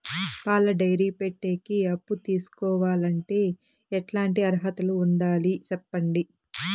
పాల డైరీ పెట్టేకి అప్పు తీసుకోవాలంటే ఎట్లాంటి అర్హతలు ఉండాలి సెప్పండి?